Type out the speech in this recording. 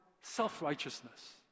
self-righteousness